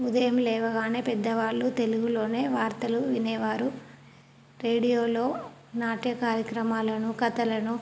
ఉదయం లేవగానే పెద్దవాళ్ళు తెలుగులో వార్తలు వినేవారు రేడియోలో నాట్య కార్యక్రమాలను కథలను